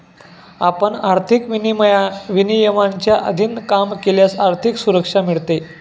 आपण आर्थिक विनियमांच्या अधीन काम केल्यास आर्थिक सुरक्षा मिळते